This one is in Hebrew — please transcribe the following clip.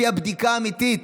לפי הבדיקה האמיתית.